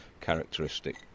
characteristic